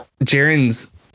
Jaren's